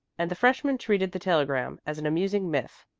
and the freshmen treated the telegram as an amusing myth.